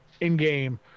in-game